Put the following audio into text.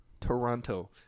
Toronto